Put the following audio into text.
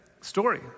story